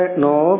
no